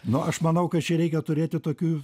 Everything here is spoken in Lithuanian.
nu aš manau kad čia reikia turėti tokių